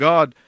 God